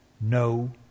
no